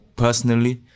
Personally